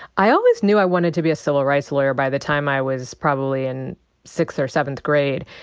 i always knew i wanted to be a civil rights lawyer by the time i was probably in sixth or seventh grade.